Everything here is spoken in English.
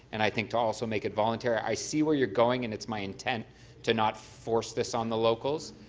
and i think to also make it voluntary. i see where you're going and it's my intent to not force this on the locals.